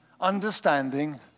Understanding